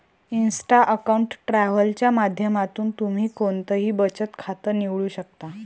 Insta account travel च्या माध्यमातून तुम्ही कोणतंही बचत खातं निवडू शकता